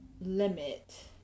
limit